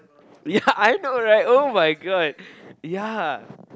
ya I know right [oh]-my-god ya